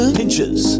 pinches